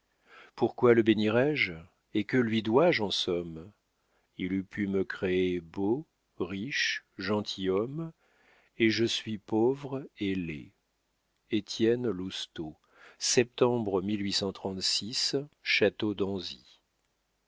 pourquoi le bénirais je et que lui dois-je en somme il eût pu me créer beau riche gentilhomme et je suis pauvre ailé etienne lo château d'anzy